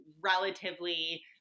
relatively